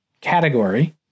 category